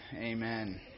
amen